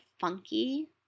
funky